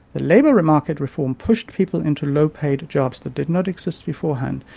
the labour market reform pushed people into low paid jobs that did not exist beforehand,